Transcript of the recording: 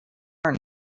our